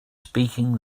speaking